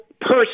person